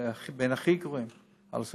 אנחנו בין הכי גרועים,